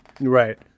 Right